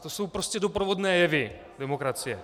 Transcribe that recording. To jsou prostě doprovodné jevy demokracie.